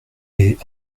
est